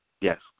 Yes